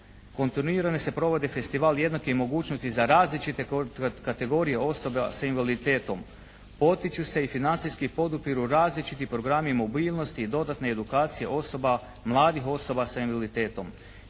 kontinuirano se provodi festival jednake mogućnosti za različite kategorije osoba sa invaliditetom, potiču se i financijski podupiru različiti programi mobilnosti i dodatne edukacije osoba, mladih osoba sa invaliditetom.